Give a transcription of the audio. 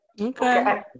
Okay